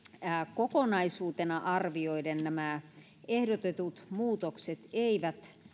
kokonaisuutena arvioiden nämä ehdotetut muutokset eivät